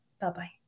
Bye-bye